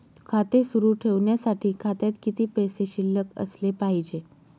खाते सुरु ठेवण्यासाठी खात्यात किती पैसे शिल्लक असले पाहिजे?